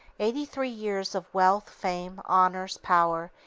eighty-three years of wealth, fame, honors, power,